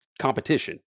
competition